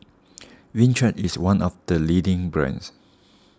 Vichy is one of the leading brands